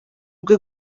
bwe